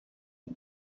and